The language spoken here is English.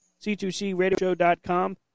C2CRadioShow.com